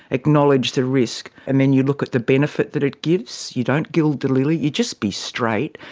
acknowledge the risk, and then you look at the benefit that it gives. you don't guild the lily, you just be straight,